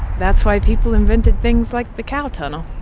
that's why people invented things like the cow tunnel